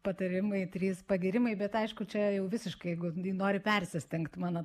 patarimai trys pagyrimai bet aišku čia jau visiškai jeigu nori persistengti mano